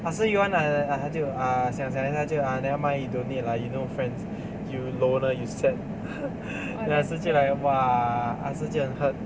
ah si you wanna err ah 他就 uh 想想一下他就 ah nevermind you don't need lah you no friends you loner you sad then ah si 就 like !wah! ah si 就很 hurt